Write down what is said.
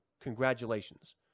Congratulations